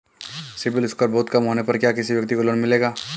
CIBIL score बहुत कम होने पर क्या किसी व्यक्ति को लोंन मिलेगा?